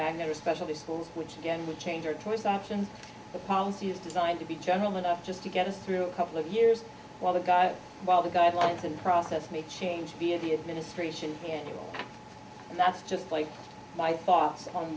magnet especially schools which again would change or twist options the policy is designed to be general enough just to get us through a couple of years while the guy while the guidelines and process make changes via the administration and that's just like my thoughts on